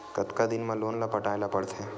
कतका दिन मा लोन ला पटाय ला पढ़ते?